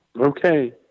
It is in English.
okay